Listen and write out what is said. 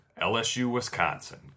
LSU-Wisconsin